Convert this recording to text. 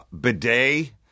bidet